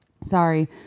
sorry